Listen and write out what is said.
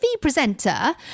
presenter